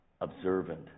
observant